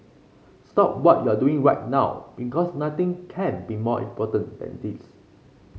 stop what you're doing right now because nothing can be more important than this